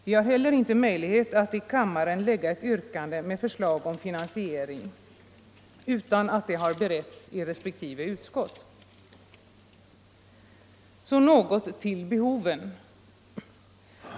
Vi har heller inte möjlighet att i kammaren lägga ett yrkande med förslag om finansiering utan att det har beretts i respektive utskott. Så något om behoven.